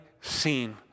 seen